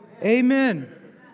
Amen